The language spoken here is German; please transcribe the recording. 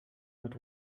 mit